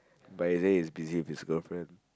but he say he's busy with his girlfriend